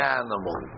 animal